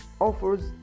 offers